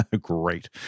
great